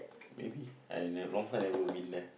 maybe I ne~ long time never been there